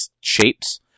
shapes